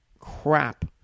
crap